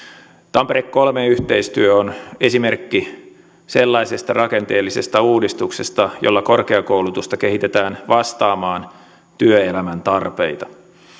tampere kolme yhteistyö on esimerkki sellaisesta rakenteellisesta uudistuksesta jolla korkeakoulutusta kehitetään vastaamaan työelämän tarpeita